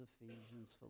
ephesians